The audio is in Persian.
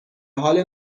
حال